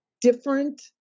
different